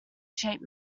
shape